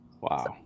Wow